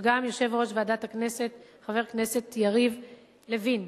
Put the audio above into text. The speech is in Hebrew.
וגם יושב-ראש ועדת הכנסת חבר הכנסת יריב לוין.